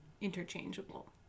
interchangeable